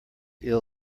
ill